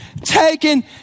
taken